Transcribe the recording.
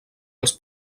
els